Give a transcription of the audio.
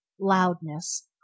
loudness